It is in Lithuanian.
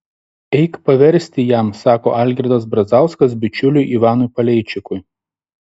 eik paversti jam sako algirdas brazauskas bičiuliui ivanui paleičikui